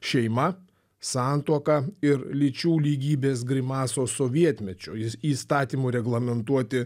šeima santuoka ir lyčių lygybės grimasos sovietmečiu is įstatymu reglamentuoti